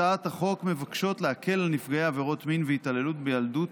הצעות החוק מבקשות להקל על נפגעי עבירות מין והתעללות בילדות